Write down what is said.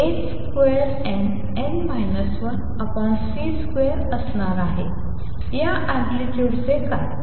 या अँप्लितुडचे काय